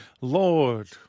Lord